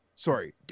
Sorry